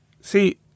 See